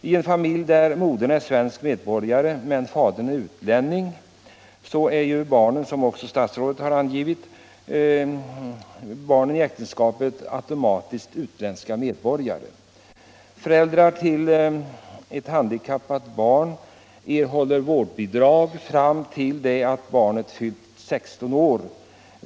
I en familj där modern är svensk medborgare men fadern är utlänning är ju barnen i äktenskapet, som statsrådet också anförde, automatiskt utländska medborgare. Föräldrar till ett handikappat barn erhåller vårdbidrag fram till att barnet fvllt 16 år.